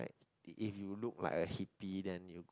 like if you look like a hippy then you go